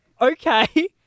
Okay